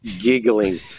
giggling